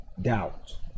doubt